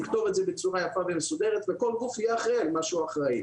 לכתוב את זה בצורה יפה ומסודרת וכל גוף יהיה אחראי על מה שהוא אחראי.